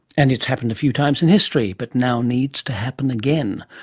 and it's happened a few times in history, but now needs to happen again.